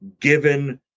given